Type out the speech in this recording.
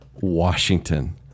Washington